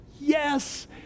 Yes